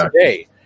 today